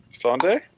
Sunday